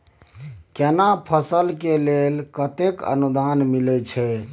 केना फसल के लेल केतेक अनुदान मिलै छै?